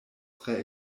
tre